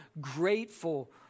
grateful